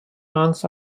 months